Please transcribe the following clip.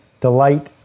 delight